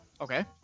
Okay